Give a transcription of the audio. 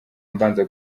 mbanza